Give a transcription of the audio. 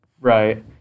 Right